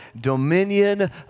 dominion